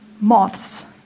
moths